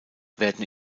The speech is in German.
werden